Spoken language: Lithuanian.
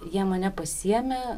jie mane pasiėmė